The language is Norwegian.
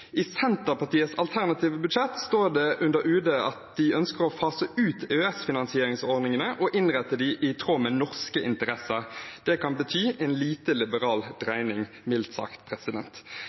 I Senterpartiets alternative budsjett står det under UD at de ønsker å «fase ut EØS-finansieringsordningene og innrette dem i tråd med norske interesser». Det kan bety en lite liberal regning, mildt sagt.